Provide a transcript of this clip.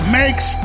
makes